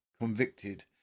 convicted